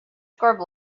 scrub